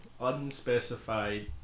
unspecified